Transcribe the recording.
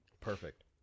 Perfect